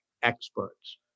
Experts